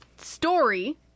story